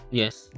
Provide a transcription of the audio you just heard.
yes